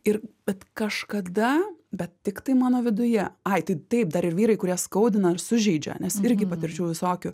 ir bet kažkada bet tiktai mano viduje ai tai taip dar ir vyrai kurie skaudina ar sužeidžia nes irgi patirčių visokių